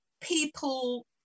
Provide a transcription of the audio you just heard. people